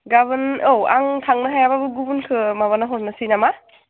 गाबोन औ आं थांनो हायाबाबो गुबुनखौ माबाना हरनोसै नामा